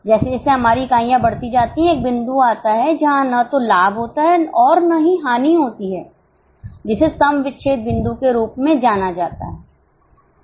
जैसे जैसे हमारी इकाइयाँ बढ़ती जाती हैं एक बिंदु आता है जहाँ न तो लाभ होता है और न ही हानि होती है जिसे सम विच्छेद बिंदु के रूप में जाना जाता है